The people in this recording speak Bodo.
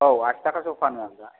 औ आशि थाखा श'आव फानो आं दा